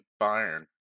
Bayern